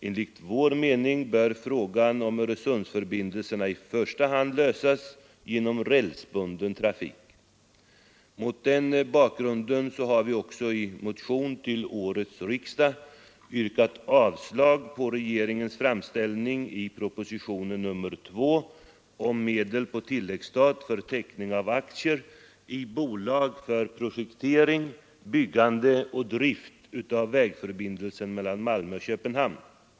Enligt vår mening bör frågan om Öresundsförbindelserna i första hand lösas genom rälsbunden trafik. Mot denna bakgrund har vi också i motion till årets riksdag yrkat avslag på regeringens framställning i propositionen 2 om medel på tilläggsstat för teckning av aktier i bolag för projektering, byggande och drift av vägförbindelsen mellan Malmö och Köpenhamn.